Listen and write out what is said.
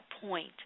point